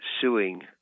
suing